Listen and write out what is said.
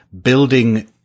building